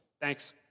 Thanks